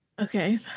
Okay